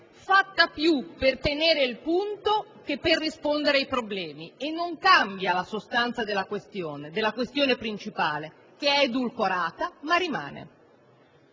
trovata più per tenere il punto che per rispondere ai problemi. E non cambia la sostanza della questione principale, che è edulcorata, ma rimane.